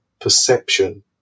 perception